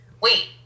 wait